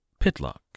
Pitlock